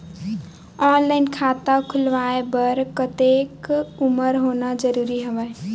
Online खाता खुलवाय बर कतेक उमर होना जरूरी हवय?